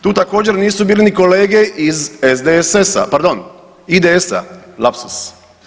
Tu također nisu bili ni kolege iz SDSS-a, pardon IDS-a, lapsus.